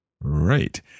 Right